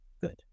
good